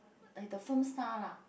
like the film star lah